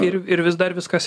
ir ir vis dar viskas